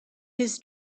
his